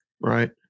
right